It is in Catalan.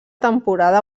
temporada